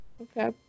okay